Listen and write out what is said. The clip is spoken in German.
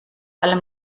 allem